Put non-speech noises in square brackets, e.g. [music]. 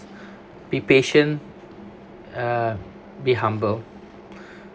[breath] be patient uh be humble